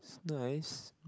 it's nice